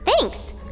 Thanks